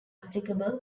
applicable